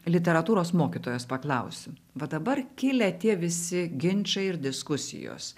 literatūros mokytojos paklausiu va dabar kilę tie visi ginčai ir diskusijos